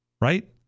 right